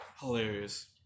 Hilarious